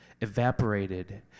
evaporated